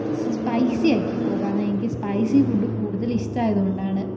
സ് സ്പൈസി ആക്കിക്കോ കാരണം എനിക്ക് സ്പൈസി ഫുഡ് കൂടുതലിഷ്ടായത് കൊണ്ടാണ്